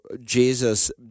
Jesus